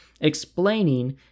explaining